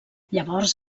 llavors